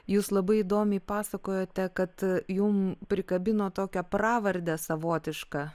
jūs labai įdomiai pasakojote kad jum prikabino tokią pravardę savotišką